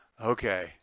Okay